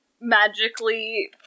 magically